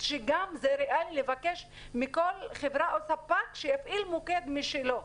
שזה ריאלי לבקש מכל חברה או ספק שיפעיל מוקד משלו.